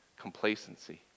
complacency